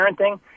parenting